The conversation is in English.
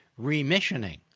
remissioning